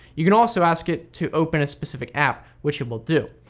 you can also ask it to open a specific app which it will do.